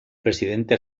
presidente